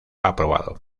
aprobado